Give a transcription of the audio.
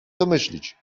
domyślić